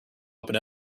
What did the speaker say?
open